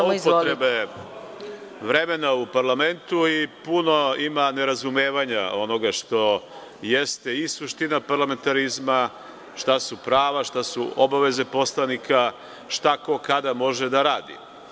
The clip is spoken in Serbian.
Puno puta smo svedoci zloupotrebe vremena u parlamentu i puno ima nerazumevanja onoga što jeste i suština parlamentarizma, šta su prava, šta su obaveze poslanika, šta ko kada može da radi.